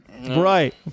right